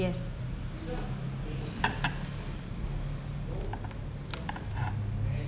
yes